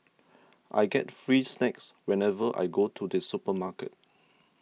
I get free snacks whenever I go to the supermarket